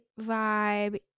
vibe